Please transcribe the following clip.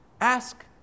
Ask